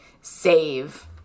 save –